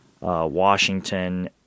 Washington